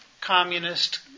communist